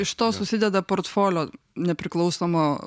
iš to susideda portfolio nepriklausomo